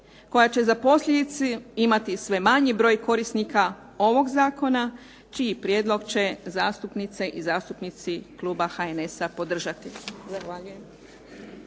koja će za posljedice imati sve manji broj korisnika ovog zakona čiji prijedlog će zastupnice i zastupnici kluba HNS-a podržati.